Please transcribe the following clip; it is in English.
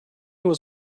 was